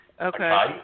Okay